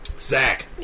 Zach